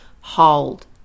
hold